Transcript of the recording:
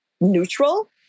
neutral